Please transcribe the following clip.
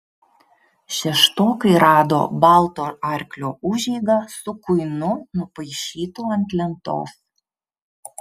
šeštokai rado balto arklio užeigą su kuinu nupaišytu ant lentos